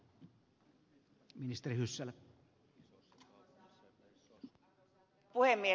arvoisa herra puhemies